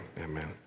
Amen